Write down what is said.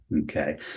Okay